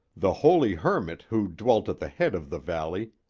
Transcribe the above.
the holy hermit who dwelt at the head of the valley,